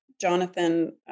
Jonathan